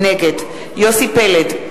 נגד יוסי פלד,